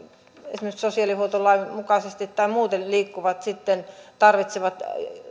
esimerkiksi sosiaalihuoltolain mukaisesti tai muuten liikkuvat tarvitsevat